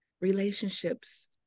Relationships